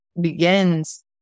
begins